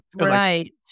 Right